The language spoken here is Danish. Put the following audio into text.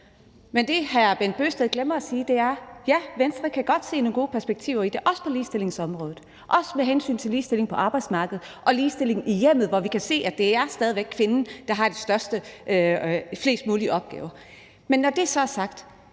men det, hr. Bent Bøgsted glemmer at sige, er, at Venstre godt kan se nogle gode perspektiver i det, også på ligestillingsområdet, også med hensyn til ligestilling på arbejdsmarkedet og ligestilling i hjemmet, hvor vi kan se, at det stadig væk er kvinden, der har de fleste opgaver. Men når det så er sagt,